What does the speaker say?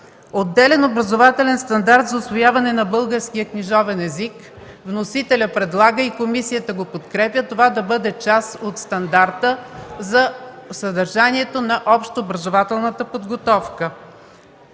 Отделен образователен стандарт за усвояване на българския книжовен език вносителят предлага и комисията го подкрепя това да бъде част от стандарта за съдържанието на общообразователната подготовка.